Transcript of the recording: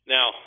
Now